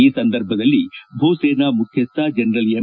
ಈ ಸಂದರ್ಭದಲ್ಲಿ ಭೂ ಸೇನಾ ಮುಖ್ಚಿಸ್ಟ ಜನರಲ್ ಎಂ